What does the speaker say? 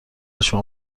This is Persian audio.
شما